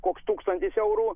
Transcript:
koks tūkstantis eurų